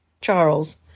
Charles